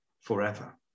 forever